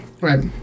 Right